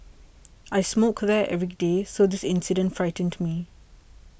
I smoke there every day so this incident frightened me